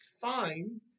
find